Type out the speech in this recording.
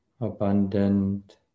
abundant